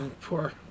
Poor